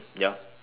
ya